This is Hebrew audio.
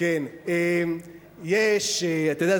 אתה יודע,